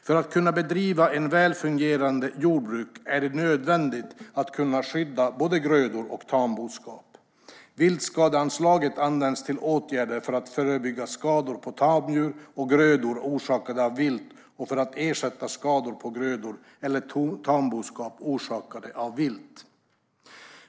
För att kunna bedriva ett väl fungerande jordbruk är det nödvändigt att kunna skydda både grödor och tamboskap. Viltskadeanslaget används till åtgärder för att förebygga skador på tamdjur och grödor orsakade av vilt, och för att ersätta skador på grödor eller tamboskap orsakade av vilt.